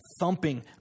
thumping